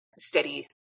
steady